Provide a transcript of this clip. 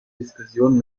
diskussionen